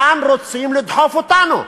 לאן רוצים לדחוף אותנו?